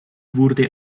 wurde